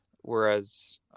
Whereas